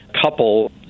couple